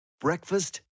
breakfast